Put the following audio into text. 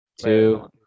two